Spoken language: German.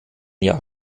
jahr